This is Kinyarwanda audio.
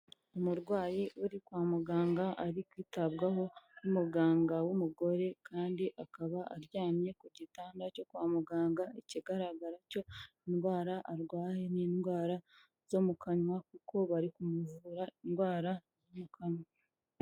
Umurwayi uri kwa muganga ari kwitabwaho n'umuganga w'umugore kandi akaba aryamye ku gitanda cyo kwa muganga, ikigaragara cyo indwara arwaye ni indwara zo mu kanwa, kuko bari kumuvura indwara mu kanwa.